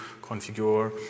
configure